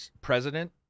president